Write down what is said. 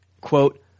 quote